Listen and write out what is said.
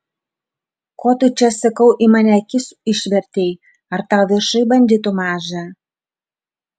ko tu čia sakau į mane akis išvertei ar tau viršuj banditų maža